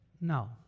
No